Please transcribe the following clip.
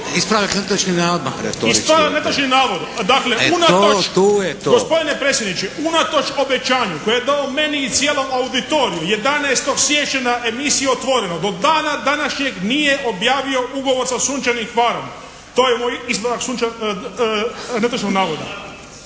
to, tu je to. **Tadić, Tonči (HSP)** Gospodine predsjedniče, unatoč obećanju koje je dao meni i cijelom auditoriju 11. siječnja emisiji "Otvoreno" do dana današnjeg nije objavio ugovor sa "sunčanim Hvarom". To je moj ispravak netočnog navoda.